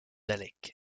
daleks